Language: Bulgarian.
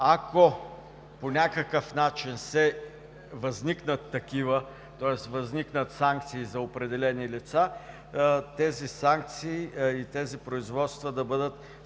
ако по някакъв начин възникнат такива, тоест възникнат санкции за определени лица, тези санкции и производства да бъдат съответно